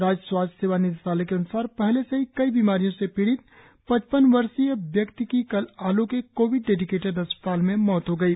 राज्य स्वास्थ्य सेवा निदेशालय के अन्सार पहले से ही कई बीमारियों से पीड़ित पचपन वर्षीय व्यक्ति की कल आलो के कोविड डेडिकेटेड अस्पताल में मौत हो गयी